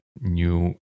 new